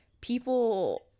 people